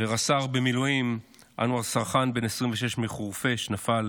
רס"ר במילואים אנואר סרחאן, בן 26 מחורפיש, נפל